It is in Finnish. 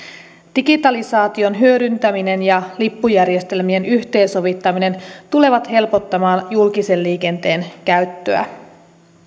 digitalisaation hyödyntäminen ja lippujärjestelmien yhteensovittaminen tulevat helpottamaan julkisen liikenteen käyttöä